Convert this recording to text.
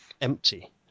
empty